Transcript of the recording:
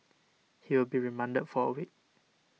he will be remanded for a week